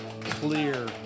clear